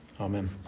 amen